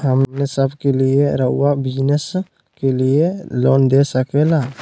हमने सब के लिए रहुआ बिजनेस के लिए लोन दे सके ला?